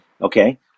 Okay